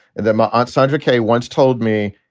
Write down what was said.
and then my aunt sandra k. once told me,